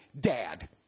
Dad